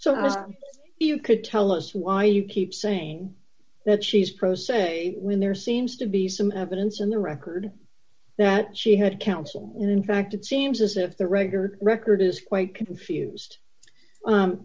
so you could tell us why you keep saying that she is pro se when there seems to be some evidence in the record that she had counsel in fact it seems as if the record record is quite confused